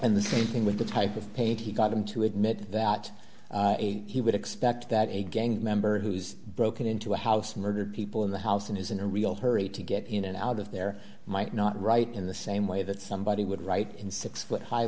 and the same thing with the type of paint he got him to admit that he would expect that a gang member who's broken into a house murdered people in the house and is in a real hurry to get in and out of there might not right in the same way that somebody would right in six foot high